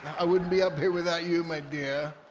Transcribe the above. i wouldn't be up here without you, my dear.